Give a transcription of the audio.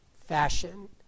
fashion